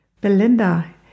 Belinda